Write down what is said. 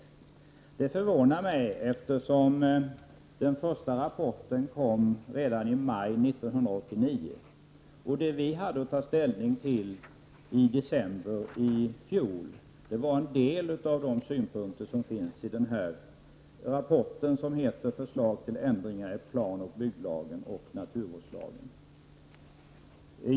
Detta förvånar mig, eftersom den första rapporten kom redan i maj 1989. Det som vi hade att ta ställning till i december i fjol var en del av de synpunkter som finns i den rapport som heter Förslag till ändringar i planoch bygglagen och naturvårdslagen.